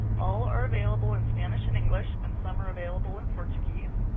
all are available in spanish and english, and some are available in portuguese.